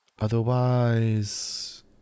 Otherwise